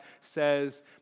says